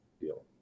deal